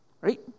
Right